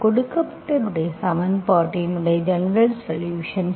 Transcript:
கொடுக்கப்பட்ட சமன்பாட்டின் இன் ஜெனரல்சொலுஷன்ஸ்